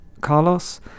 carlos